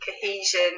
cohesion